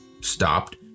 stopped